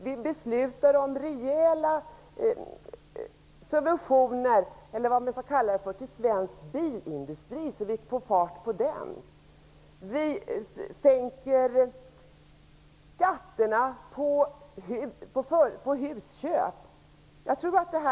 Vi föreslår rejäla subventioner, eller vad man skall kalla det, till svensk bilindustri för att vi skall få fart på den. Vi sänker skatten för husköp. Jag tycker att K.